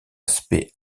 aspects